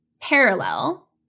parallel